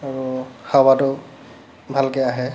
আৰু হাৱাটো ভালকৈ আহে